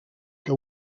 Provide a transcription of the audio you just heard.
que